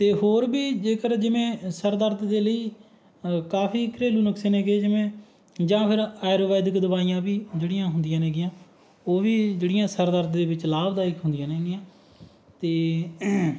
ਅਤੇ ਹੋਰ ਵੀ ਜੇਕਰ ਜਿਵੇਂ ਸਿਰ ਦਰਦ ਦੇ ਲਈ ਕਾਫੀ ਘਰੇਲੂ ਨੁਕਸੇ ਨੇਗੇ ਜਿਵੇਂ ਜਾਂ ਫਿਰ ਆਯੂਰਵੈਦਿਕ ਦਵਾਈਆਂ ਵੀ ਜਿਹੜੀਆਂ ਹੁੰਦੀਆਂ ਨੇਗੀਆਂ ਉਹ ਵੀ ਜਿਹੜੀਆਂ ਸਿਰ ਦਰਦ ਦੇ ਵਿੱਚ ਲਾਭਦਾਇਕ ਹੁੰਦੀਆਂ ਨੇਗੀਆਂ ਅਤੇ